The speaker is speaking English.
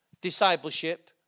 discipleship